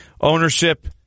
Ownership